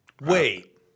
wait